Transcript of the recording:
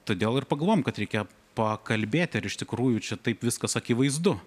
todėl ir pagalvojom kad reikia pakalbėti ar iš tikrųjų čia taip viskas akivaizdu